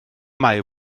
mae